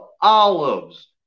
Olives